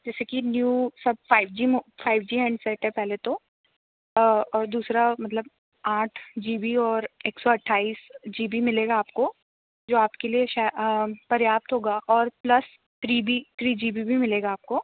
जैसे कि न्यू सब फ़ाइव जी मो फ़ाइव जी हैंडसेट है पहले तो और दूसरा मतलब आठ जी बी और एक सौ अट्ठाईस जी बी मिलेगा आपको जो आपके लिए शाय पर्याप्त होगा और plus three B three G B भी मिलेगा आपको